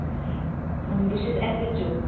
بہٕ چھَس S H او